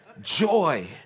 Joy